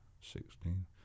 Sixteen